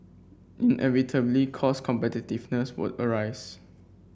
inevitably cost competitiveness would arise